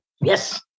Yes